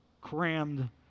crammed